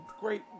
great